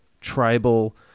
tribal